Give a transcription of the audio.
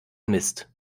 mist